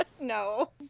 No